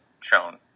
shown